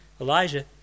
Elijah